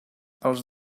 els